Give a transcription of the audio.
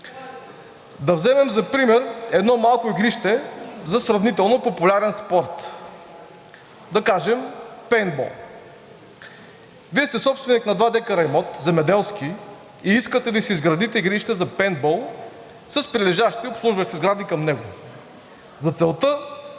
Да вземем за пример едно малко игрище за сравнително популярен спорт. Да кажем пейнтбол. Вие сте собственик на два декара имот, земеделски, и искате да си изградите игрище за пейнтбол с прилежащи обслужващи сгради към него. За целта,